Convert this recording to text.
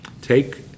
Take